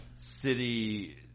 city